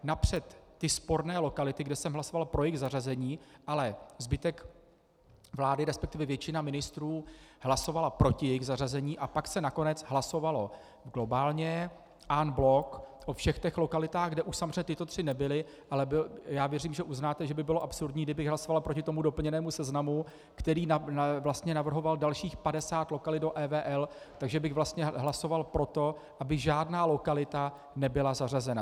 Napřed ty sporné lokality, kde jsem hlasoval pro jejich zařazení, ale zbytek vlády, resp. většina ministrů hlasovala proti jejich zařazení, a pak se nakonec hlasovalo globálně en bloc o všech těch lokalitách, kde už samozřejmě tyto tři nebyly, ale věřím, že uznáte, že by bylo absurdní, kdybych hlasoval proti tomu doplněnému seznamu, který vlastně navrhoval dalších 50 lokalit do EVL, takže bych vlastně hlasoval pro to, aby žádná lokalita nebyla zařazena.